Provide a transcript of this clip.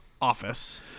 office